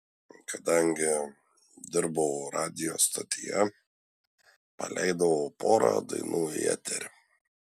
kadangi dirbau radijo stotyje paleidau porą dainų į eterį